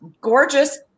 gorgeous